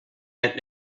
aunt